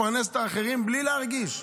לפרנס את האחרים בלי להרגיש.